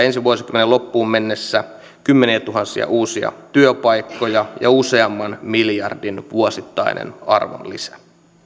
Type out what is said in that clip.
ensi vuosikymmenen loppuun mennessä kymmeniätuhansia uusia työpaikkoja ja useamman miljardin vuosittainen arvonlisä